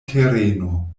tereno